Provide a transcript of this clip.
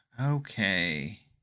Okay